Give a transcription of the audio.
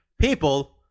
people